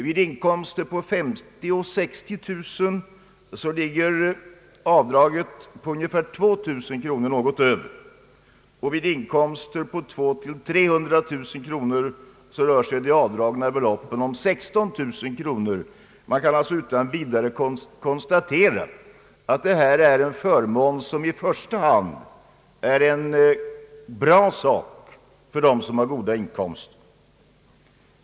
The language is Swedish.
Vid inkomster på 50 000—60 000 är avdraget något över 2 000 kronor, och vid inkomster på 200 000—300 000 kronor är det avdragna beloppet 16 000 kronor. Man kan alltså utan vidare konstatera att detta är en förmån som i första hand är bra för dem som har goda inkomster.